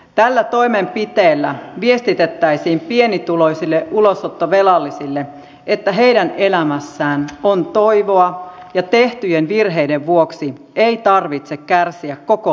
tällä toimenpiteellä viestitettäisiin pienituloisille ulosottovelallisille että heidän elämässään on toivoa ja tehtyjen virheiden vuoksi ei tarvitse kärsiä koko loppuelämäänsä